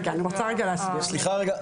סליחה רגע,